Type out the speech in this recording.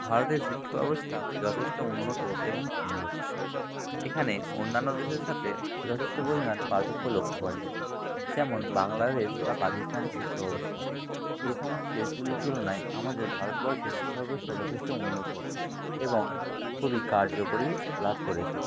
ভারতের শিক্ষাব্যবস্থা যথেষ্ট উন্নত এবং সুন্দর এখানে অন্যান্য দেশের সাথে যথেষ্ট পরিমাণ পার্থক্য লক্ষ করা যায় যেমন বাংলাদেশ বা পাকিস্তানের শিক্ষাব্যবস্থা এই সমস্ত দেশগুলির তুলনায় আমাদের ভারতবর্ষে শিক্ষাব্যবস্থা যথেষ্ট উন্নত এবং খুবই কার্যকরী লাভ করেছে